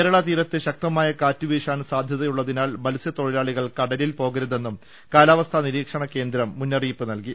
കേരള തീരത്ത് ശക്തമായ കാറ്റ് വീശാൻ സാധ്യതയുള്ളതി നാൽ മത്സൃത്തൊഴിലാളികൾ കടലിൽ പോകരുതെന്നും കാലാ വസ്ഥാ നിരീക്ഷണ കേന്ദ്രം മുന്നറിയിപ്പ് നൽകി